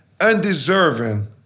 undeserving